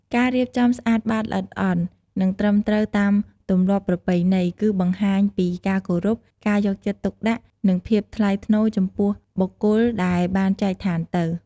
ការរៀបចំស្អាតបាតល្អិតល្អន់ និងត្រឹមត្រូវតាមទម្លាប់ប្រពៃណី គឺបង្ហាញពីការគោរព ការយកចិត្តទុកដាក់ និងភាពថ្លៃថ្នូរចំពោះបុគ្គលដែលបានចែកឋានទៅ។